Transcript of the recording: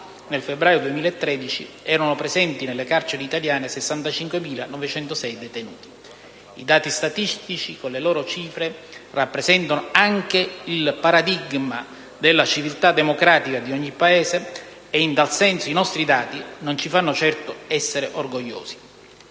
nel febbraio 2013, infatti, erano presenti nelle carceri italiane 65.906 detenuti. I dati statistici, con le loro cifre, rappresentano anche il paradigma della civiltà democratica di ogni Paese e, in tal senso, i nostri dati non ci fanno certo essere orgogliosi.